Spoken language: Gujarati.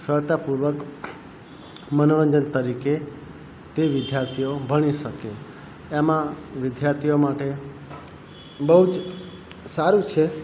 સરળતાપૂર્વક મનોરંજક તરીકે તે વિદ્યાર્થીઓ ભણી શકે એમાં વિદ્યાર્થીઓ માટે બહુ જ સારું છે